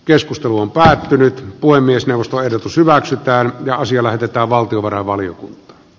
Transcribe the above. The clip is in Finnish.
keskustelu on päättynyt puhemiesneuvoston ehdotus hyväksytään ja asia lähetetään valtiovarainvaliokun